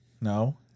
no